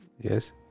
yes